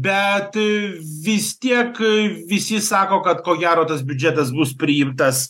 bet vis tiek visi sako kad ko gero tas biudžetas bus priimtas